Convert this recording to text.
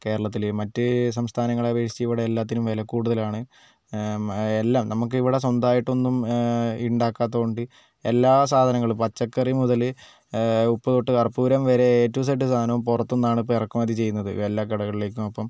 കേരളത്തിലെ മറ്റ് സംസ്ഥാനങ്ങളെ അപേക്ഷിച്ച് ഇവിടെ എല്ലാത്തിനും വില കൂടുതലാണ് എല്ലാം നമുക്കിവിടെ സ്വന്തമായിട്ടൊന്നും ഉണ്ടാക്കാത്തതുകൊണ്ട് എല്ലാ സാധനങ്ങളും പച്ചക്കറി മുതൽ ഉപ്പുതൊട്ട് കർപ്പൂരം വരെ ഏ റ്റു ഇസഡ് സാധനവും പുറത്തു നിന്നാണ് ഇപ്പോൾ ഇറക്കുമതി ചെയ്യുന്നത് എല്ലാ കടകളിലേക്കും അപ്പം